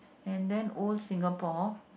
and then old Singapore